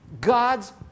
God's